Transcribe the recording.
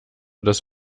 das